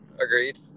Agreed